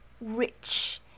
rich